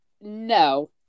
no